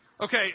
Okay